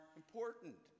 important